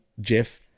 jeff